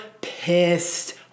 pissed